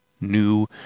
new